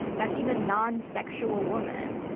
becky the non-sexual woman.